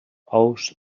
ous